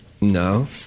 No